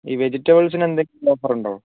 ഈ വെജിറ്റബിൾസിന് എന്തെങ്കിലും ഓഫർ ഉണ്ടോ